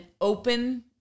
open